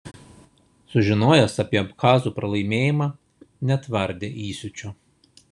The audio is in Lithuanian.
sužinojęs apie abchazų pralaimėjimą netvardė įsiūčio